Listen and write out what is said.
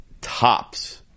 tops –